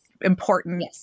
important